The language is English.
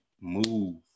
move